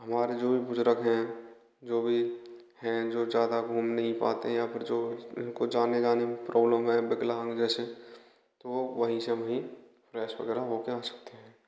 हमारे जो भी बुजुर्ग है जो भी हैं जो ज़्यादा घूम नहीं पाते या जो जिनको जाने जाने में प्रोब्लेम है विकलांग जैसे तो वही सब भी फ्रेस वगैरह हो के आ सकते हैं